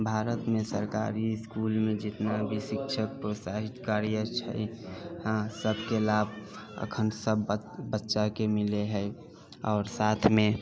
भारतमे सरकारी इसकुलमे जितना भी शिक्षक प्रोत्साहित कार्य छै हँ सबके लाभ अखन सब बच्चा बच्चाके मिलैत हइ आओर साथमे